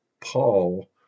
Paul